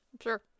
sure